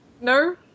No